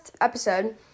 episode